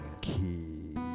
key